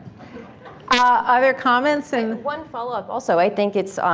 ah other comments and. one follow up, also, i think it's